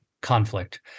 conflict